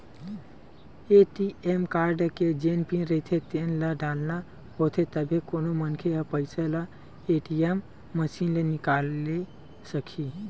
ATM card के जेन PIN रहिथे तेन ल डालना होथे तभे कोनो मनखे ह पइसा ल ए.टी.एम मसीन ले निकाले सकही